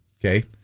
Okay